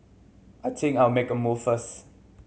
I think I'll make a move first